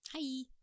Hi